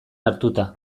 hartuta